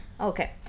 Okay